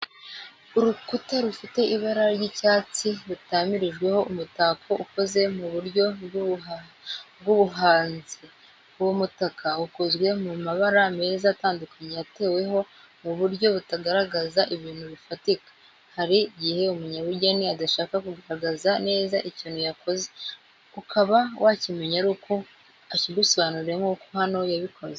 Urukuta rufite ibara ry’icyatsi rutamirijweho umutako ukoze mu buryo bw’ubuhanzi. Uwo mutako ukozwe mu mabara meza atandukanye yateweho mu buryo butagaragaza ibintu bifatika. Hari igihe umunyabugeni adashaka kugaragaza neza ikintu yakoze, ukaba wakimenya aruko akigusobanuriye nk'uko hano yabikoze.